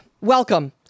Welcome